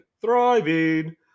thriving